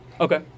okay